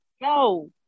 No